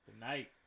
Tonight